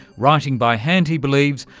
writing by hand, he believes,